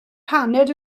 paned